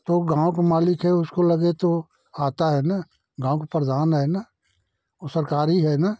तो गाँव का मालिक है उसको लगे तो आता है ना गाँव को प्रधान है ना ओ सरकारी है ना